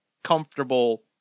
comfortable